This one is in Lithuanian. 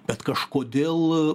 bet kažkodėl